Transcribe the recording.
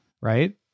Right